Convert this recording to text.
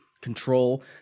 Control